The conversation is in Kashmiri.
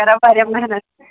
کران واریاہ محنت